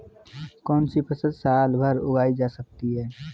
कौनसी फसल साल भर उगाई जा सकती है?